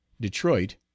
detroit